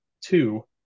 two